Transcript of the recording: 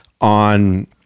on